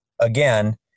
again